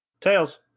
Tails